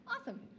Awesome